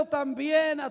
también